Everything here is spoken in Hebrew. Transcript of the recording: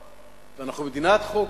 ואנחנו מדינת חוק,